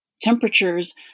temperatures